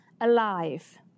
alive